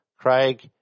Craig